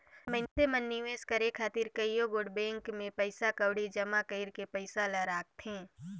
मइनसे मन निवेस करे खातिर कइयो गोट बेंक में पइसा कउड़ी जमा कइर के पइसा ल राखथें